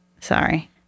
Sorry